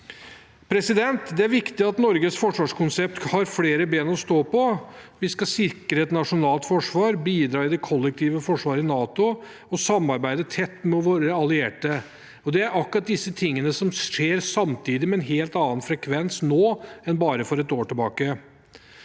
vår sikkerhet. Det er viktig at Norges forsvarskonsept har flere ben å stå på. Vi skal sikre et nasjonalt forsvar, bidra i det kollektive forsvaret i NATO og samarbeide tett med våre allierte. Det er akkurat disse tingene som skjer samtidig, med en helt annen frekvens nå enn for bare et år tilbake.